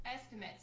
estimates